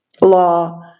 law